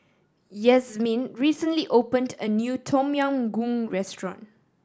Yazmin recently opened a new Tom Yam Goong restaurant